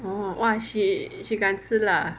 oh !wah! she she 敢吃辣啊